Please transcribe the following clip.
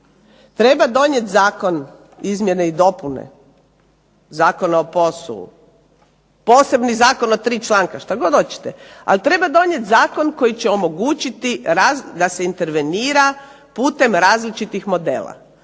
Treba donijeti zakon izmjene i dopune Zakona o POS-u, posebni zakon od tri članka, što god hoćete. Ali treba donijeti zakon koji će omogućiti da se intervenira putem različitih modela.